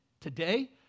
today